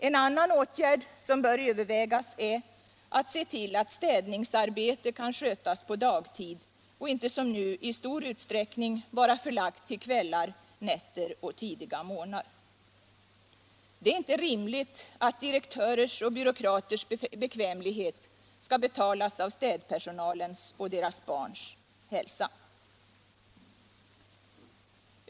En annan åtgärd som bör övervägas är att se till att städningsarbete kan skötas på dagtid och inte som nu i stor utsträckning vara förlagt till kvällar, nätter och tidiga morgnar. Det är inte rimligt att direktörers och byråkraters bekvämlighet skall betalas med städpersonalens och deras barns hälsa.